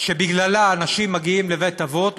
שבגללה אנשים מגיעים לבית-אבות,